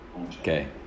Okay